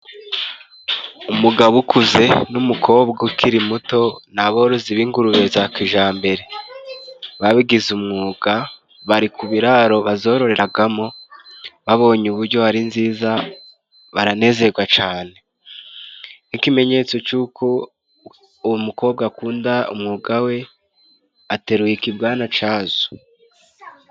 Umugabo ukuze n'umukobwa ukiri muto, ni aborozi b'ingurube za kijambere, babigize umwuga. Bari ku biraro bazororeraga mo ,babonye ubujyo ari nziza baranezerwa cane. Ikimenyetso c'uko uwo mukobwa akunda umwuga we, ateruye ikibwana cazo.